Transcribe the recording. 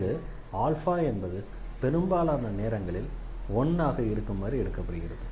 இங்கு என்பது பெரும்பாலான நேரங்களில் 1 ஆக இருக்குமாறு எடுக்கப்படுகிறது